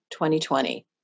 2020